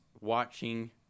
watching